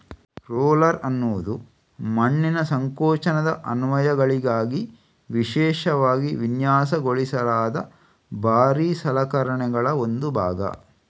roller ಅನ್ನುದು ಮಣ್ಣಿನ ಸಂಕೋಚನದ ಅನ್ವಯಗಳಿಗಾಗಿ ವಿಶೇಷವಾಗಿ ವಿನ್ಯಾಸಗೊಳಿಸಲಾದ ಭಾರೀ ಸಲಕರಣೆಗಳ ಒಂದು ಭಾಗ